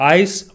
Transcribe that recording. ice